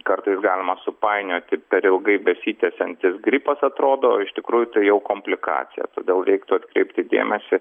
kartais galima supainioti per ilgai besitęsiantis gripas atrodo o iš tikrųjų tai jau komplikacija todėl reiktų atkreipti dėmesį